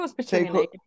Take